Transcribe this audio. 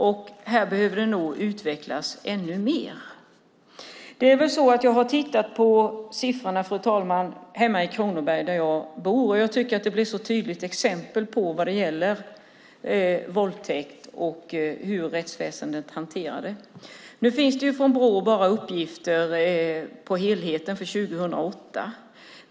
Det behöver utvecklas ännu mer. Fru talman! Jag har tittat på siffrorna i Kronoberg där jag bor. Jag tycker att det är ett tydligt exempel på hur rättsväsendet hanterar våldtäkter. Det finns bara siffror från Brå för hela 2008.